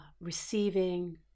receiving